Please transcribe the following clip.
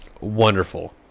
wonderful